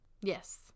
Yes